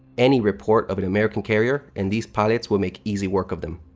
any report of an american carrier and these pilots will make easy work of them.